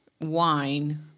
wine